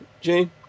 Gene